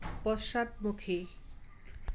পশ্চাদমুখী